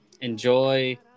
enjoy